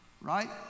right